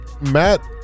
Matt